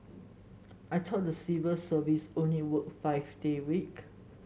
I talk the civil service only work five day week